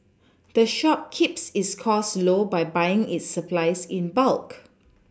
the shop keeps its costs low by buying its supplies in bulk